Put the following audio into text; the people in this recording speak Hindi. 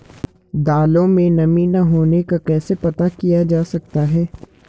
दालों में नमी न होने का कैसे पता किया जा सकता है?